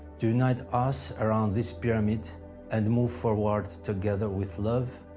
to unite us around this pyramid and move forward together with love,